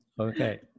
Okay